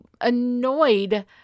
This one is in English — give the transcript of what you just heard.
annoyed